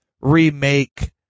remake